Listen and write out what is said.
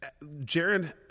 Jaron